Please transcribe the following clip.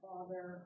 Father